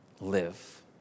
live